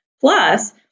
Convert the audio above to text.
Plus